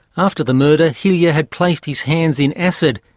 after the murder, hillier had placed his hands in acid,